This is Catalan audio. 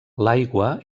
l’aigua